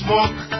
Smoke